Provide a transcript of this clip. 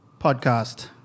podcast